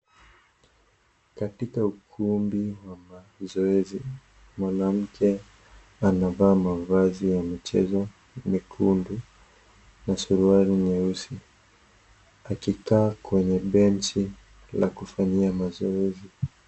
Katika ukumbi wa mazoezi mwanamke anavaa mavazi ya michezo mekundu na suruali nyeusi , akikaa kwenye benchi la kufanyia mazoezi.